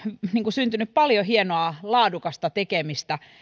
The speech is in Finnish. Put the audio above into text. syntynyt paljon hienoa laadukasta tekemistä